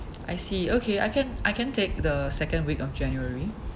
I see okay I can I can take the second week of january